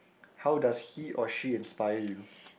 how does he or she inspire you